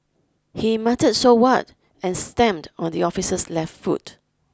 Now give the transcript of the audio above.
he muttered so what and stamped on the officer's left foot